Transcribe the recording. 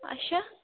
اَچھا